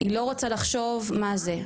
היא לא רוצה לחשוב מה זה.